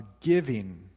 giving